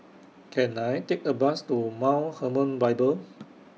Can I Take A Bus to Mount Hermon Bible